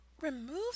remove